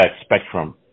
spectrum